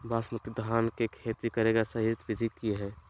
बासमती धान के खेती करेगा सही विधि की हय?